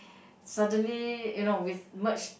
suddenly you know with merge